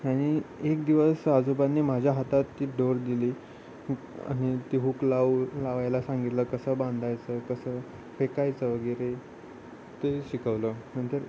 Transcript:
आणि एक दिवस आजोबांनी माझ्या हातात ती दोर दिली आणि ती हुक लावू लावायला सांगितलं कसं बांधायचं कसं फेकायचं वगैरे ते शिकवलं नंतर